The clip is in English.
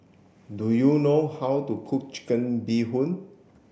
do you know how to cook chicken bee hoon